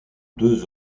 deux